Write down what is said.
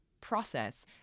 process